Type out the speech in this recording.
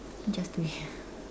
just to hear